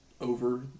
over